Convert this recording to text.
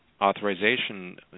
authorization